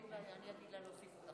גברתי היושבת-ראש,